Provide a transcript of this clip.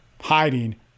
hiding